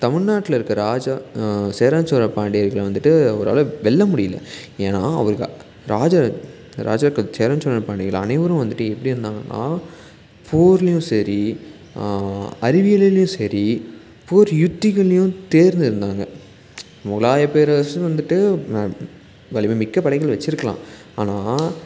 தமிழ்நாட்டில் இருக்க ராஜா சேரன் சோழ பாண்டியர்கள வந்துட்டு அவரால் வெல்ல முடியல ஏன்னா அவர் க ராஜா ராஜாக்கள் சேரன் சோழன் பாண்டியர்கள் அனைவரும் வந்துட்டு எப்டி இருந்தாங்கன்னா போர்லையும் சரி அறிவியலிலும் சரி போர் யுத்திகள்லையும் தேர்ந்து இருந்தாங்க முகலாய பேரரசும் வந்துட்டு வலிமை மிக்க படைகள் வச்சிருக்கலாம் ஆனால்